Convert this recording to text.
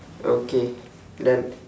okay done